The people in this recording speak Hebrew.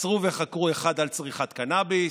עצרו וחקרו אחד על צריכת קנאביס,